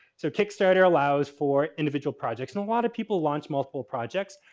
so, kickstarter allows for individual projects and a lot of people launch multiple projects.